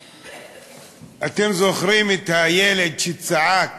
אתם זוכרים את הילד שצעק